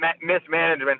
mismanagement